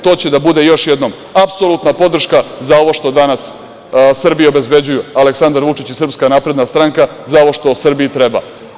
To će da bude još jednom apsolutna podrška za ovo što danas Srbiji obezbeđuje Aleksandar Vučić i SNS, za ovo što Srbiji treba.